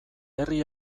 herri